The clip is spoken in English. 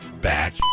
back